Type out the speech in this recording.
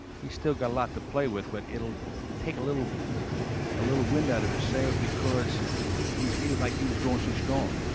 he still got a lot to play with. but it'll take a little a little wind out of his sails because he feels like he was going so strong.